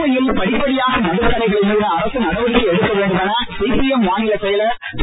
புதுவையில் படிப்படியாக மதுக்கடைகளை மூட அரசு நடவடிக்கை எடுக்க வேண்டும் என சிபிஎம் மாநிலச் செயலர் திரு